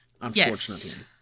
unfortunately